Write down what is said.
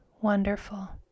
Wonderful